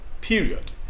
period